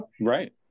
right